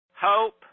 hope